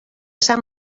sant